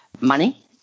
money